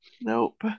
Nope